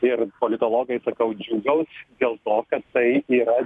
ir politologai sakau džiūgaus dėl to kad tai yra